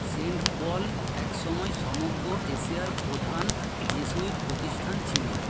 Saint Paul একসময় সমগ্র এশিয়ার প্রধান জেসুইট প্রতিষ্ঠান ছিল